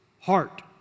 heart